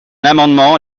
amendement